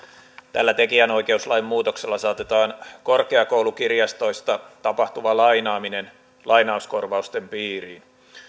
tällä tekijänoikeuslain muutoksella saatetaan korkeakoulukirjastoista tapahtuva lainaaminen lainauskorvausten piiriin